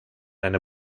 eine